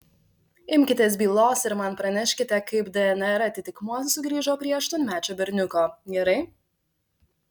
imkitės bylos ir man praneškite kaip dnr atitikmuo sugrįžo prie aštuonmečio berniuko gerai